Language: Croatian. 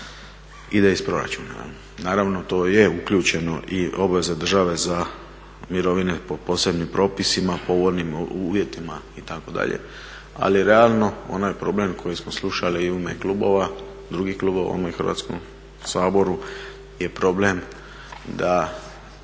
ide iz proračuna jel. Naravno to je uključeno i obveze države za mirovine po posebnim propisima, povoljnim uvjetima itd. Ali realno onaj problem koji smo slušali i u ime klubova, drugih klubova u ovom Hrvatskom saboru je problem da